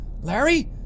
Larry